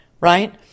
right